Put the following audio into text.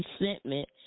resentment